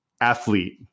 athlete